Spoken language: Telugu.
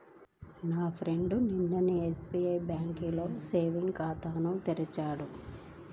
నా ఫ్రెండు నిన్ననే ఎస్బిఐ బ్యేంకులో సేవింగ్స్ ఖాతాను తెరిచాడు